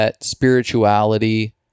spirituality